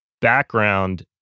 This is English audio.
background